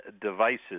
devices